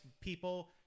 people